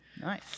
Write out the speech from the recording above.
Nice